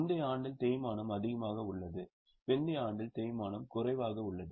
முந்தைய ஆண்டில் தேய்மானம் அதிகமாக உள்ளது பிந்தைய ஆண்டில் தேய்மானம் குறைவாக உள்ளது